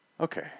Okay